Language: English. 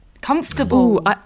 comfortable